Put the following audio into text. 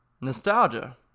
nostalgia